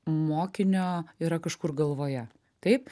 mokinio yra kažkur galvoje taip